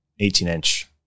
18-inch